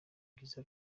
byiza